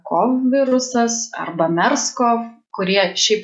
kov virusas arba merskov kurie šiaip